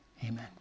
amen